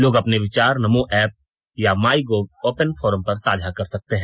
लोग अपने विचार नमो एप या माईगोव ओपन फोरम पर साझा कर सकते हैं